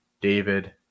David